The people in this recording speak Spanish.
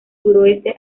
sureste